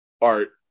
art